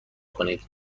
کنید